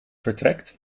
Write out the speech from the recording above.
vertrekt